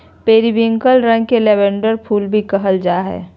periwinkle रंग के lavender blue भी कहल जा हइ